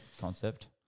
concept